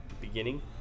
beginning